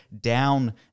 down